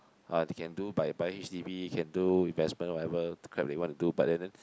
uh they can do by buy H_D_B can do investment whatever to crap they want to do but and then